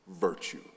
virtue